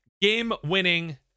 Game-winning